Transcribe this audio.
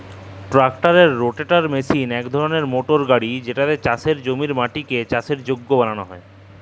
ট্রাক্টারের রোটাটার মিশিল ইক ধরলের মটর গাড়ি যেটতে চাষের জমির মাটিকে চাষের যগ্য বালাল হ্যয়